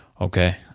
Okay